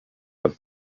but